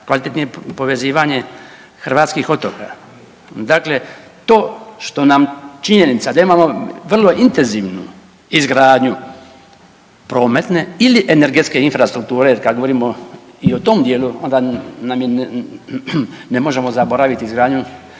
kvalitetnije povezivanje hrvatskih otoka. Dakle, to što nam činjenica da imamo vrlo intenzivnu izgradnju prometne ili energetske infrastrukture kad govorimo i o tom dijelu onda ne možemo zaboraviti izgradnju